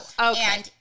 Okay